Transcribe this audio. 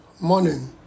morning